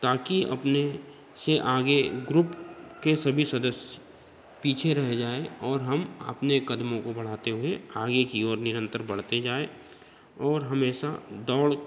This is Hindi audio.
ताकी अपने से आगे ग्रुप के सभी सदस्य पीछे रह जाए और हम अपने कदमों को बढ़ाते हुए आगे की ओर निरंतर बढ़ते जाए और हमेशा दौड़